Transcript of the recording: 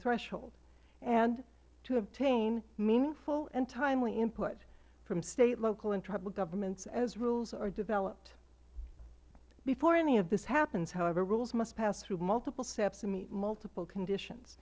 threshold and to obtain meaningful and timely input from state local and tribal governments as rules are developed before any of this happens however rules must pass through multiple steps and meet multiple conditions